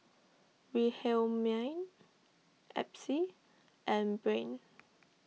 Wilhelmine Epsie and Breanne